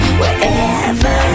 wherever